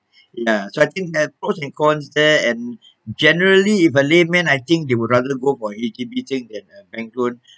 ya charting their pros and cons there and generally if a layman I think they would rather go for H_D_B thing than a bank loan